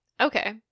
Okay